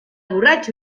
borratxo